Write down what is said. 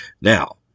Now